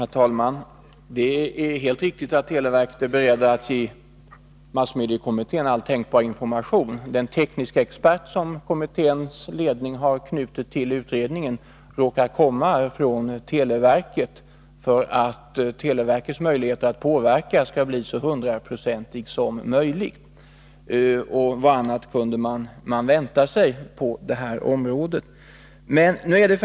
Herr talman! Det är helt riktigt att televerket är berett att ge massmediekommittén all tänkbar information. Den tekniske expert som kommitténs ledning har knutit till utredningen råkar komma från televerket, så att televerkets möjlighet att utöva påverkan skall bli så stor som möjligt. Vad annat kunde man vänta sig på det här området?